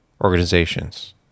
organizations